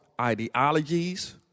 ideologies